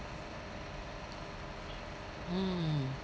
mm